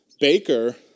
Baker